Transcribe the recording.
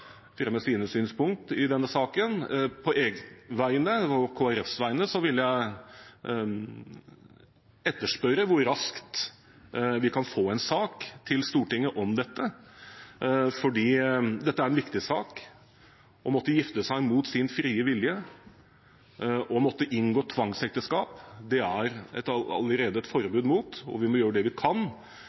fremme sine synspunkter i denne saken på egne vegne. På Kristelig Folkepartis vegne vil jeg etterspørre hvor raskt vi kan få en sak til Stortinget om dette, for dette er en viktig sak. Å måtte gifte seg mot sin frie vilje, å måtte inngå tvangsekteskap, er det allerede et forbud mot, og vi må gjøre det vi kan